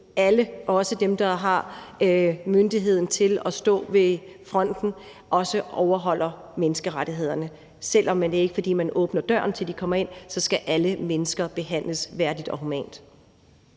i EU, også dem, der har myndigheden til at stå ved fronten, overholder menneskerettighederne. Selv om det ikke er, fordi man åbner døren til, at de kan komme ind, så skal alle mennesker behandles værdigt og humant.